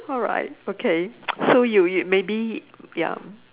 alright okay so you you maybe ya